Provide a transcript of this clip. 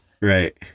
right